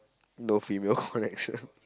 no female connections